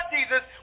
Jesus